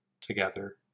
together